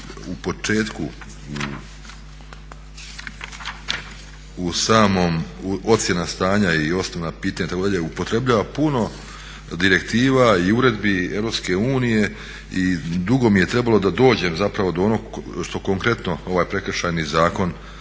u početku u samoj ocjeni stanja i osnovna pitanja itd. upotrebljava puno direktiva i uredbi EU i dugo mi je trebalo da dođem do onog što konkretno ovaj Prekršajni zakon